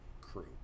crew